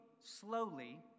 slowly